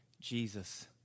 Jesus